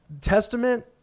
Testament